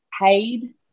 paid